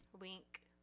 Wink